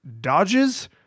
dodges